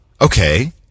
Okay